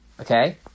okay